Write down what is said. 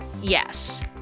yes